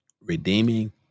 redeeming